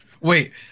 Wait